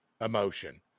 emotion